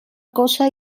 cosa